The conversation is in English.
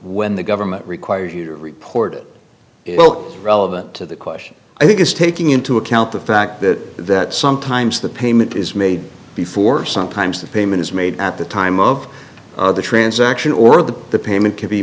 when the government requires you to report it relevant to the question i think is taking into account the fact that that sometimes the payment is made before sometimes the payment is made at the time of the transaction or the the payment c